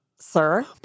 Sir